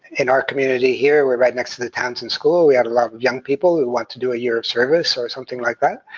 in our community here, we're right next to the townsend school we had a lot of young people who wanted to do a year of service or something like that,